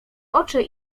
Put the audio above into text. oczy